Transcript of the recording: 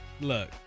Look